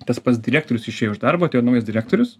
tas pats direktorius išėjo iš darbo atėjo naujas direktorius